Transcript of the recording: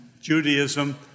Judaism